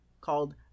called